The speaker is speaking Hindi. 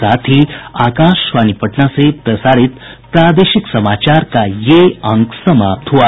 इसके साथ ही आकाशवाणी पटना से प्रसारित प्रादेशिक समाचार का ये अंक समाप्त हुआ